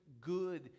good